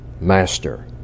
Master